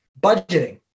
budgeting